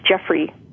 jeffrey